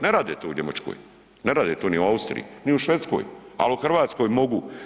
Ne rade to u Njemačkoj, ne rade to ni u Austriji, ni u Švedskoj, ali u Hrvatskoj mogu.